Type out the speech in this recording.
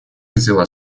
взяла